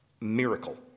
miracle